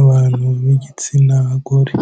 abantu b'igitsina gore.